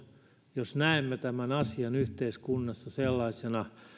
jos näemme tämän asian yhteiskunnassa sellaisena